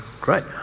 great